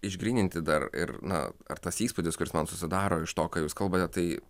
išgryninti dar ir na ar tas įspūdis kuris man susidaro iš to ką jūs kalbate tai